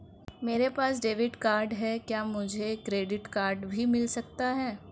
मेरे पास debit card है क्या मुझे क्रेडिट कार्ड भी मिल सकता है?